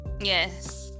Yes